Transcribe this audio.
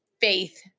faith